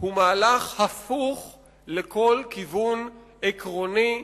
הוא מהלך הפוך לכל כיוון עקרוני,